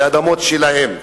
זה אדמות שלהם,